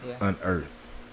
unearth